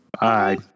Bye